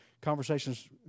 conversations